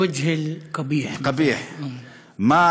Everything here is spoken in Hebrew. (אומר בערבית: או מה יכול המסרק לעשות בפנים